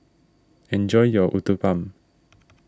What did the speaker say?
enjoy your Uthapam